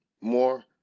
more